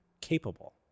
capable